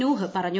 നൂഹ് പറഞ്ഞു